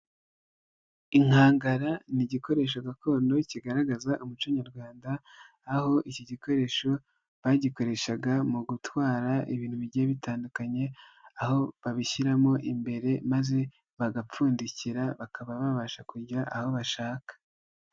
Inkangara ni igikoresho gakondo, kigaragaza umuco nyarwanda, aho iki gikoresho bagikoreshaga mu gutwara ibintu bigiye bitandukanye, aho babishyiramo imbere, maze bagapfundikira, bakaba babasha kujya aho bashaka.